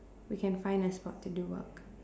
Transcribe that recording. we can find a spot to do work